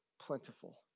plentiful